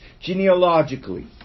genealogically